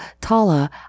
Tala